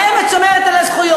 להם את שומרת על הזכויות,